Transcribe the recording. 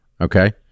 Okay